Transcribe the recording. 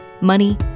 money